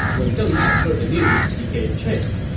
when deng ai heard the news, he gave chase.